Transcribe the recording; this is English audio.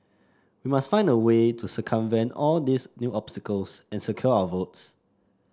we must find a way to circumvent all these new obstacles and secure our votes